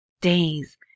days